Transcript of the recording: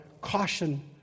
caution